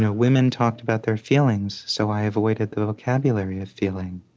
ah women talked about their feelings, so i avoided the vocabulary of feeling.